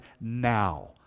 now